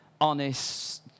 honest